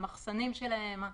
המחסנים שלהם.